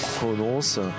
prononce